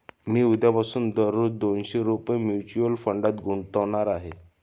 मी उद्यापासून दररोज दोनशे रुपये म्युच्युअल फंडात गुंतवणार आहे